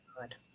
good